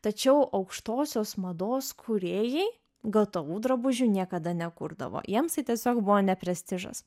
tačiau aukštosios mados kūrėjai gatavų drabužių niekada nekurdavo jiems tai tiesiog buvo ne prestižas